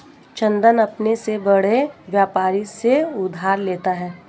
चंदन अपने से बड़े व्यापारी से उधार लेता है